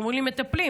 ואומרים לי: מטפלים.